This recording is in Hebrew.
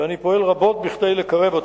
ואני פועל רבות כדי לקרבה.